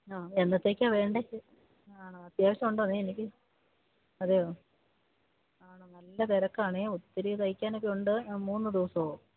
ആ എന്നത്തേയ്ക്കാണ് വേണ്ടത് ആണോ അത്യാവശ്യമുണ്ടോ അതേ എനിക്ക് അതെയോ ആണോ നല്ല തിരക്കാണ് ഒത്തിരി തയ്ക്കാനൊക്കെയുണ്ട് മൂന്ന് ദിവസമോ